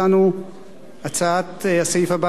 הסעיף הבא: הצעת חוק הפחתת הגירעון